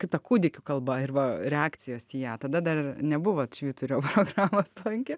kaip ta kūdikių kalba ir va reakcijos į ją tada dar nebuvot švyturio programos lankę